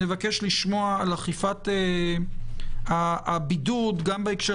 נבקש לשמוע על אכיפת הבידוד גם בהקשר